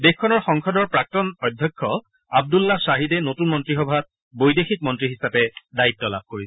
দেশখনৰ সংসদৰ প্ৰাক্তন অধ্যক্ষ আব্দুল্লা খাহিদে নতুন মন্ত্ৰীসভাত বৈদেশিক মন্ত্ৰী হিচাপে দায়িত্ব লাভ কৰিছে